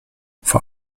vor